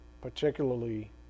particularly